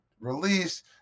release